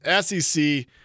SEC